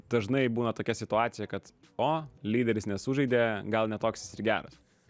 dažnai būna tokia situacija kad o lyderis nesužaidė gal ne toks ir geras